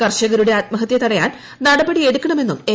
കർഷകരുടെ ആത്മഹത്യ തടയാൻ ന്ടപടി എടുക്കണമെന്നും എം